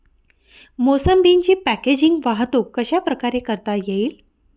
मोसंबीची पॅकेजिंग वाहतूक कशाप्रकारे करता येईल?